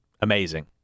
amazing